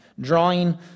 drawing